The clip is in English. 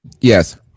Yes